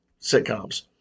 sitcoms